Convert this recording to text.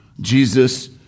Jesus